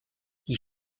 die